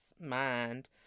mind